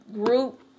group